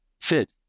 fit